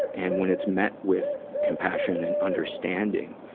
and when it's met with compassion and understanding,